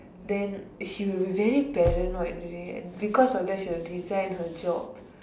then she will be very paranoid already and because of that she will resign her job